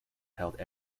held